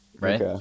Right